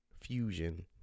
fusion